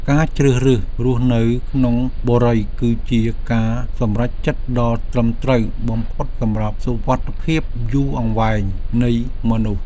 ការជ្រើសរើសរស់នៅក្នុងបុរីគឺជាការសម្រេចចិត្តដ៏ត្រឹមត្រូវបំផុតសម្រាប់សុវត្ថិភាពយូរអង្វែងនៃមនុស្ស។